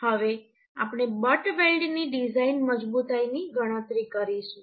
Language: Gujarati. હવે આપણે બટ વેલ્ડની ડિઝાઇન મજબૂતાઈ ની ગણતરી કરીશું